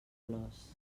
flors